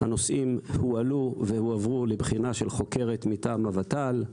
הנושאים הועלו והועברו לבחינה של חוקרת מטעם הוות"ל.